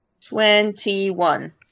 Twenty-one